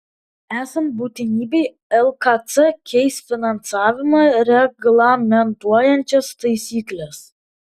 esant būtinybei lkc keis finansavimą reglamentuojančias taisykles